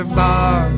bar